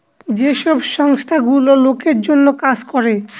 যে সব সংস্থা গুলো লোকের জন্য কাজ করে